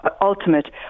ultimate